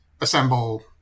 assemble